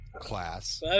Class